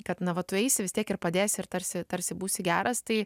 kad na va tu eisi vis tiek ir padės ir tarsi tarsi būsi geras tai